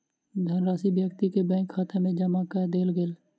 धनराशि व्यक्ति के बैंक खाता में जमा कअ देल गेल